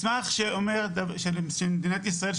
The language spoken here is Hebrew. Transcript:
מסמך של מדינת ישראל,